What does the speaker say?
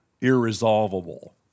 irresolvable